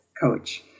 coach